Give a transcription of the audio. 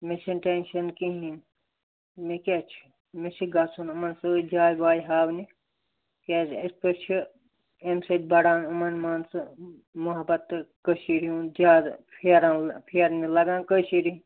مےٚ چھُنہٕ ٹٮ۪نشَن کِہیٖنٛۍ مےٚ کیٛاہ چھُ مےٚ چھُ گژھُن یِمَن سۭتۍ جاے واے ہاونہِ کیٛازِ یِتھٕ پٲٹھۍ چھِ اَمہِ سۭتۍ بَڈان یِمَن مان ژٕ محبت تہٕ کٔشیٖر ہُنٛد زیادٕ پھیران پھیرنہِ لگان کٔشیٖرِ